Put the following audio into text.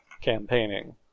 campaigning